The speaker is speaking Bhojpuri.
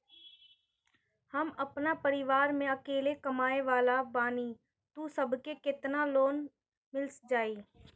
हम आपन परिवार म अकेले कमाए वाला बानीं त हमके केतना लोन मिल जाई?